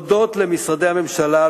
אני רוצה להודות למשרדי הממשלה,